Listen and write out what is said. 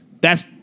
that's-